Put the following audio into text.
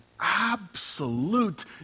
absolute